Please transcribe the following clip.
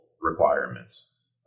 requirements